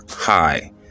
Hi